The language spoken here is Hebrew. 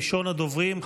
ראשון הדוברים,